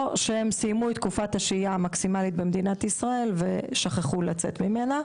או שהם סיימו את תקופת השהייה המקסימלית במדינת ישראל ושכחו לצאת ממנה.